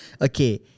okay